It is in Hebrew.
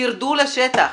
תרדו לשטח,